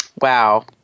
Wow